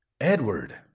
Edward